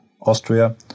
Austria